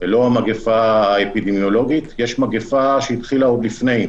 ולא המגפה האפידמיולוגית יש מגפה שהתחילה עוד לפני,